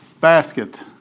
basket